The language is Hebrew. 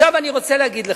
עכשיו אני רוצה להגיד לך,